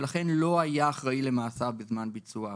ולכן לא היה אחראי למעשיו בזמן ביצוע העבירה.